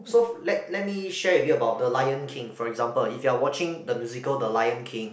so f~ let let me share with you about the Lion King for example if you are watching the musical the Lion King